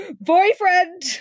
Boyfriend